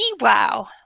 wow